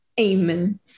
Amen